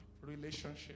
relationship